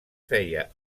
feia